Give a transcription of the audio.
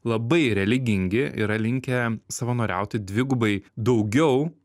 labai religingi yra linkę savanoriauti dvigubai daugiau